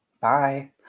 Bye